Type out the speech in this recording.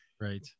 Right